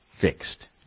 fixed